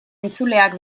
entzuleak